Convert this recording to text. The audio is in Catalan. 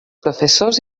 professors